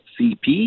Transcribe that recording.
CP